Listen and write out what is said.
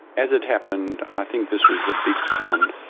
as it happened i think this was a big con.